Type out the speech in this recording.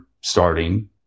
starting